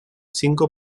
cinco